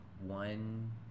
one